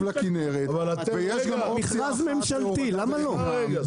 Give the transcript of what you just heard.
לכנרת ויש גם אופציה אחת להורדה בחינם.